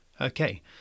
Okay